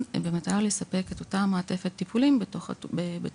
לספק את אותה מעטפת טיפולים בתוך הקופה.